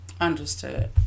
understood